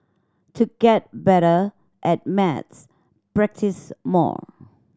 to get better at maths practise more